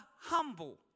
humble